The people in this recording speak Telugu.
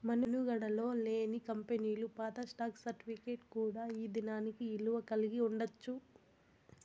మనుగడలో లేని కంపెనీలు పాత స్టాక్ సర్టిఫికేట్ కూడా ఈ దినానికి ఇలువ కలిగి ఉండచ్చు